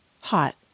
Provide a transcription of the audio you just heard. Hot